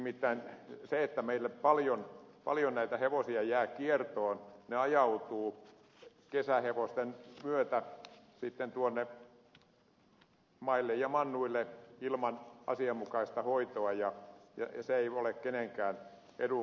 nimittäin se että meille näitä hevosia jää paljon kiertoon ne ajautuvat kesähevosten myötä sitten tuonne maille ja mannuille ilman asianmukaista hoitoa ei ole kenenkään edun mukaista